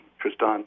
Tristan